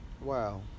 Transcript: Wow